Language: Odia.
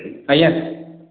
ଆଜ୍ଞା